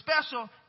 special